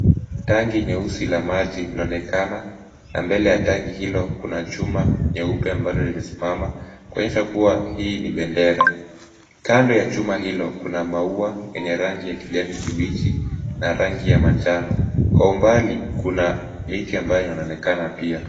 Tanki nyeusi la maji linaonekana na mbele ya tanki hilo kuna chuma nyeupe ambalo limesimama kuonyesha kuwa hii ni bendera. Kando ya chuma hilo kuna maua yenye rangi ya kijani kibichi na rangi ya manjano. Kwa umbali kuna miti ambayo inaonekana pia.